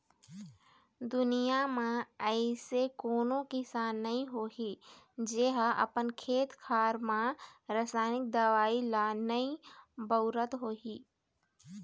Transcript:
दुनिया म अइसे कोनो किसान नइ होही जेहा अपन खेत खार म रसाइनिक दवई ल नइ बउरत होही